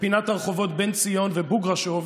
בפינת הרחובות בן ציון ובוגרשוב,